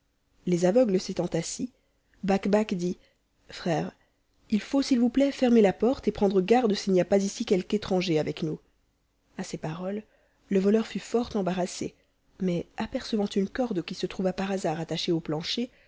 les aveugles s'étant assis bakbac dit frères il faut s'il vous plaît fermer la porte et prendre garde s'h n'y a pas ici quelque étranger avec nous a ces paroles le voleur fut fort embarrassé mais apercevant une corde qui se trouva par hasard attachée au pianchpr